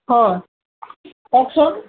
হয় কওকচোন